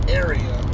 area